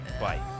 Bye